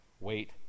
Wait